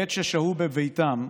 בעת ששהו בביתם,